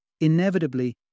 Inevitably